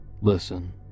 Listen